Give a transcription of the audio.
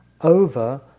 over